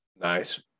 Nice